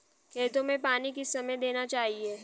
खेतों में पानी किस समय देना चाहिए?